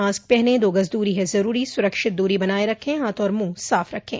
mask पहनें दो गज़ दूरी है ज़रूरी सुरक्षित दूरी बनाए रखें हाथ और मुंह साफ रखें